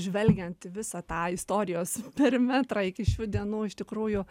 žvelgiant į visą tą istorijos perimetrą iki šių dienų iš tikrųjų